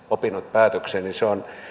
opinnot päätökseen se on